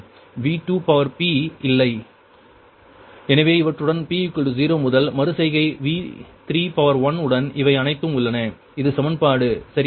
V3p11Y33P3 jQ3 Y31V1 Y32V2p எனவே இவற்றுடன் p 0 முதல் மறு செய்கை V31 உடன் இவை அனைத்தும் உள்ளன இது சமன்பாடு சரியா